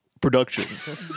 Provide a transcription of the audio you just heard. production